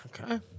Okay